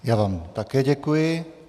Já vám také děkuji.